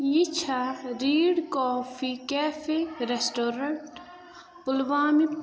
یہِ چھا red coffee cafe restaurant پُلوامِک